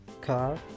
car